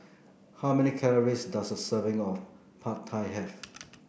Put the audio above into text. how many calories does a serving of Pad Thai have